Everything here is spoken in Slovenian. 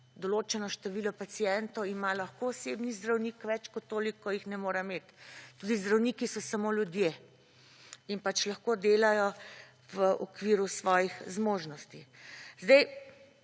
določeno število pacientov ima lahko osebni zdravnik, več kot toliko jih ne more imeti. Tudi zdravniki so samo ljudje in pač lahko delajo v okviru svojih zmožnosti. Zdaj,